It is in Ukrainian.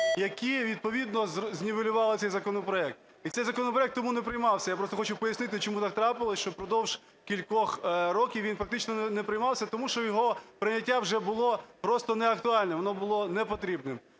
які відповідно знівелювали цей законопроект, і цей законопроект тому не приймався. Я просто хочу пояснити, чому так трапилося, що впродовж кількох років він фактично не приймався. Тому що його прийняття вже було просто неактуальне, воно було не потрібним.